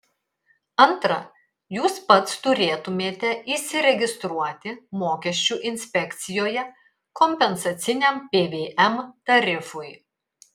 antra jūs pats turėtumėte įsiregistruoti mokesčių inspekcijoje kompensaciniam pvm tarifui